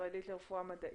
ישראלית לרפואה מדעית.